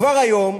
כבר היום,